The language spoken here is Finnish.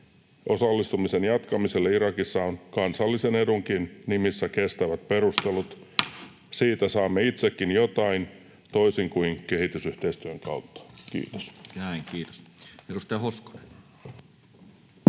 osallistumisen jatkamiselle Irakissa on kansallisen edunkin nimissä kestävät perustelut. Siitä saamme itsekin jotain, toisin kuin kehitysyhteistyön kautta. — Kiitos.